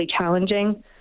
challenging